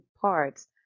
parts